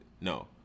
No